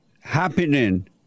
happening